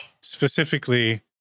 specifically